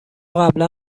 قبلا